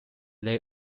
they